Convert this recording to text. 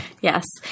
Yes